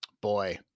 boy